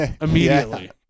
immediately